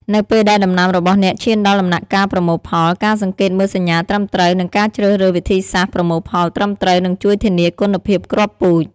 នៅពេលដែលដំណាំរបស់អ្នកឈានដល់ដំណាក់កាលប្រមូលផល ការសង្កេតមើលសញ្ញាត្រឹមត្រូវ និងការជ្រើសរើសវិធីសាស្ត្រប្រមូលផលត្រឹមត្រូវ នឹងជួយធានាគុណភាពគ្រាប់ពូជ។